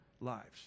lives